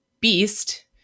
beast